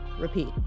repeat